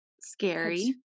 Scary